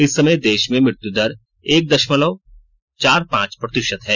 इस समय देश में मृत्यु दर एक दशमलव चार पांच प्रतिशत है